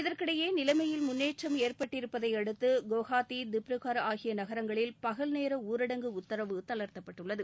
இதற்கிடையே நிலைமையில் முன்னேற்றம் ஏற்பட்டிருப்பதையடுத்து குவஹாத்தி திப்ருகட் ஆகிய நகரங்களில் பகல்நேர ஊரடங்கு உத்தரவு தளர்த்தப்பட்டுள்ளது